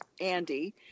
Andy